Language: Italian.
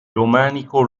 romanico